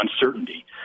uncertainty